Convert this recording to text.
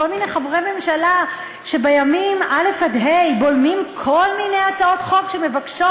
כל מיני חברי ממשלה שבימים א' עד ה' בולמים כל מיני הצעות חוק שמבקשות